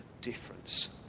difference